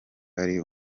ari